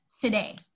today